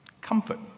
comfort